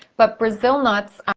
but brazil nuts,